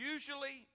Usually